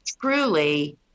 truly